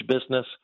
business